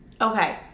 Okay